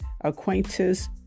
Acquaintance